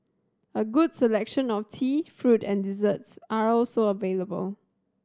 a good selection of tea fruit and desserts are also available